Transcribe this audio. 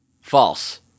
False